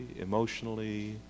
emotionally